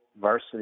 varsity